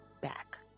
back